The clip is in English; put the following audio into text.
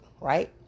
right